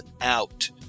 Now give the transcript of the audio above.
out